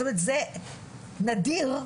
זה נדיר,